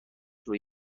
روی